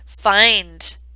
find